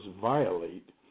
violate